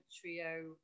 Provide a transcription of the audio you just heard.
trio